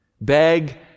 Beg